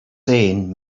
saying